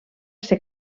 ser